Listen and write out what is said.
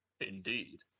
Indeed